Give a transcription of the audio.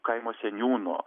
kaimo seniūno